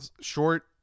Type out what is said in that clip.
short